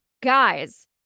guys